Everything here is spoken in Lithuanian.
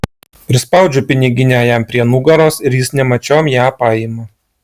prispaudžiu piniginę jam prie nugaros ir jis nemačiom ją paima